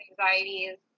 anxieties